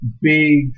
Big